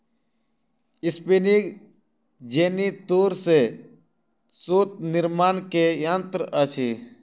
spinning jenny तूर से सूत निर्माण के यंत्र अछि